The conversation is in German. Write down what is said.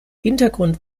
hintergrund